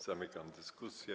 Zamykam dyskusję.